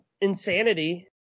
insanity